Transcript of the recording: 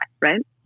right